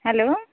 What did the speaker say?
hello